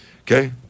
Okay